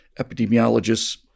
epidemiologists